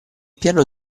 piano